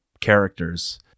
characters